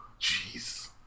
Jeez